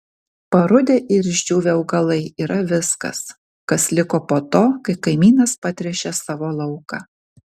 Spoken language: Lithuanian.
parudę ir išdžiūvę augalai yra viskas kas liko po to kai kaimynas patręšė savo lauką